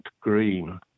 green